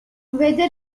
whether